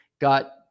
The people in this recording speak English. got